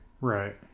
Right